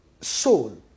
soul